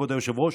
כבוד היושב-ראש,